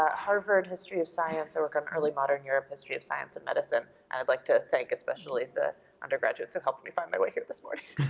ah harvard history of science. i work on early modern europe history of science and medicine and i'd like to thank especially the undergraduates who helped me find my way here this morning.